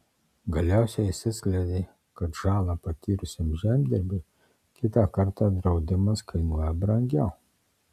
galiausiai jis atskleidė kad žalą patyrusiam žemdirbiui kitą kartą draudimas kainuoja brangiau